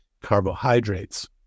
carbohydrates